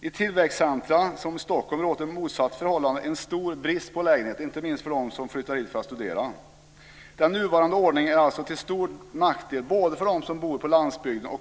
I olika tillväxtcentrum, som t.ex. Stockholm, råder motsatt förhållande: en stor brist på lägenheter, inte minst för dem som flyttar hit för att studera. Den nuvarande ordningen är alltså till stor nackdel både för dem som bor på landsbygden och